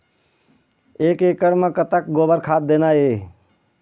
एक एकड़ म कतक गोबर खाद देना ये?